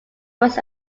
was